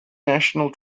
national